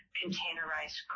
containerized